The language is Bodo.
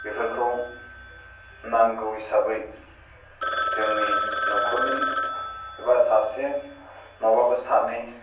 बेफोरखौ नांगौ हिसाबै जोंनि न'खरनि एबा सासे मालाबा सानै